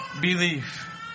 belief